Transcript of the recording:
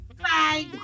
Bye